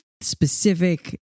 specific